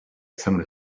some